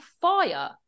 fire